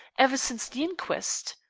ever since the inquest.